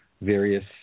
various